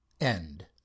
End